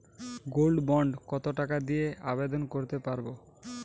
Gold bond কত টাকা দিয়ে আবেদন করতে পারবো?